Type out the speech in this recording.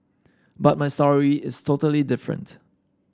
but my sorry is totally different